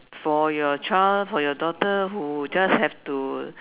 for your child for your daughter who just have to